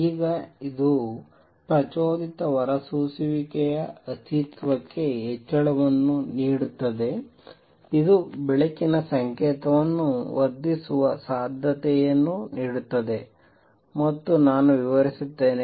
ಈಗ ಇದು ಪ್ರಚೋದಿತ ಹೊರಸೂಸುವಿಕೆಯ ಅಸ್ತಿತ್ವಕ್ಕೆ ಹೆಚ್ಚಳವನ್ನು ನೀಡುತ್ತದೆ ಇದು ಬೆಳಕಿನ ಸಂಕೇತವನ್ನು ವರ್ಧಿಸುವ ಸಾಧ್ಯತೆಯನ್ನು ನೀಡುತ್ತದೆ ಮತ್ತು ನಾನು ವಿವರಿಸುತ್ತೇನೆ